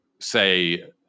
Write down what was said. say